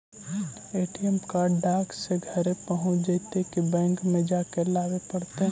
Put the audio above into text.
ATM card डाक से घरे पहुँच जईतै कि बैंक में जाके लाबे पड़तै?